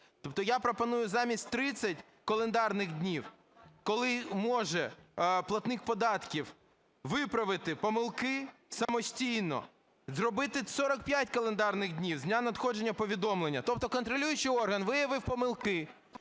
Тобто я пропоную замість 30 календарних днів, коли може платник податків виправити помилки самостійно, зробити 45 календарних днів з дня надходження повідомлення. Тобто контролюючий орган виявив помилки,